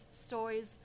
stories